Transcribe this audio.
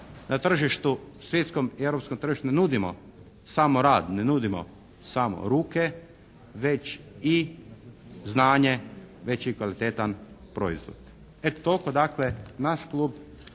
svjetskom i europskom tržištu ne nudimo samo rad, ne nudimo samo ruke već i znanje, već i kvalitetan proizvod. Eto, toliko dakle. Naš klub